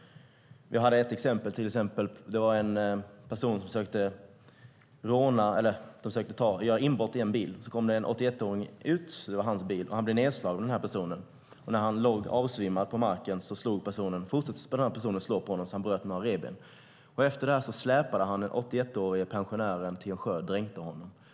Ett exempel var en person som försökte göra inbrott i en bil. Så kom en 81-åring ut - det var hans bil - och blev nedslagen av den här personen. När 81-åringen låg avsvimmad på marken fortsatte personen slå på honom så att han bröt några revben. Efter detta släpade han den 81-årige pensionären till en sjö och dränkte honom.